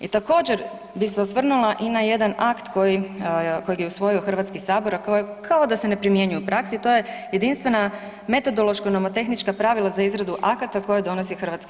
I također, bi se osvrnula i na jedan akt koji kojeg je usvojio Hrvatski sabor, a koji kao da se ne primjenjuje u praksi, to je jedinstvena metodološka nomotehnička pravila za izradu akata koje donosi HS.